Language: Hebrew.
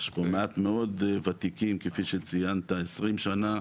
יש פה מעט מאוד ותיקים כפי שציינת, 20 שנה.